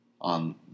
on